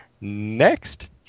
Next